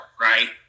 Right